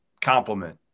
compliment